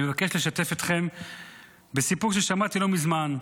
אני מבקש לשתף אתכם בסיפור ששמעתי לא מזמן.